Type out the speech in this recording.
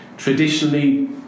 Traditionally